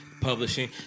publishing